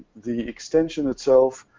the extension itself,